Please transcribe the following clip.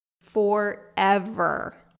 forever